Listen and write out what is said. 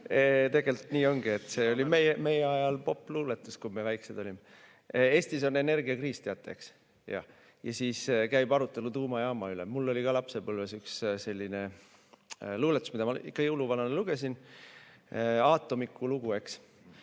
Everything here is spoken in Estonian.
Tegelt nii ongi, et see oli meie ajal popp luuletus, kui me väikesed olime. Eestis on energiakriis. Teate, eks? Jah. Ja siis käib arutelu tuumajaama üle. Mul oli ka lapsepõlves üks selline luuletus, mida ma ikka jõuluvanale lugesin. Aatomiku lugu, eks.